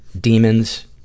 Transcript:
demons